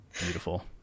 Beautiful